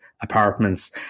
apartments